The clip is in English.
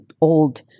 old